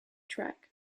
track